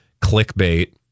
clickbait